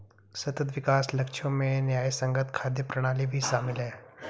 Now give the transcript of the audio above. सतत विकास लक्ष्यों में न्यायसंगत खाद्य प्रणाली भी शामिल है